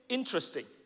interesting